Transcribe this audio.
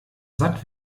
satt